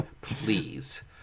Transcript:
Please